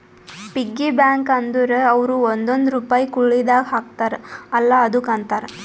piggy bank ಅಂದುರ್ ಅವ್ರು ಒಂದೊಂದ್ ರುಪೈ ಕುಳ್ಳಿದಾಗ ಹಾಕ್ತಾರ ಅಲ್ಲಾ ಅದುಕ್ಕ ಅಂತಾರ